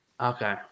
okay